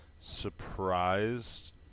surprised